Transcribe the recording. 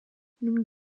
nun